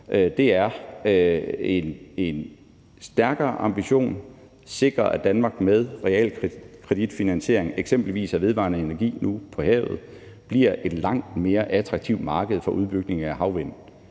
med, er en stærkere ambition i forhold til at sikre, at Danmark med realkreditfinansiering af eksempelvis vedvarende energi nu på havet bliver et langt mere attraktivt marked for udbygning af havvind.